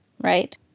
Right